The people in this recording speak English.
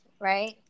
right